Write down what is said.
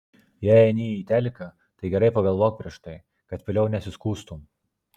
jei eini į teliką tai gerai pagalvok prieš tai kad vėliau nesiskųstum